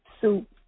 soup